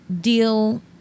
deal